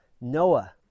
Noah